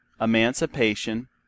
emancipation